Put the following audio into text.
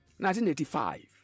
1985